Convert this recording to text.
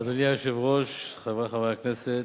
אדוני היושב-ראש, חברי חברי הכנסת,